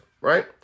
Right